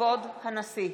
כבוד הנשיא!